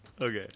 okay